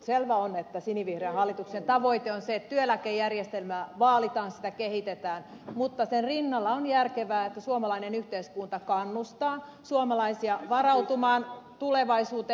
selvä on että sinivihreän hallituksen tavoite on se että työeläkejärjestelmää vaalitaan sitä kehitetään mutta sen rinnalla on järkevää että suomalainen yhteiskunta kannustaa suomalaisia varautumaan tulevaisuuteen